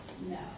no